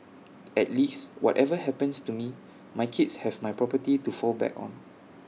at least whatever happens to me my kids have my property to fall back on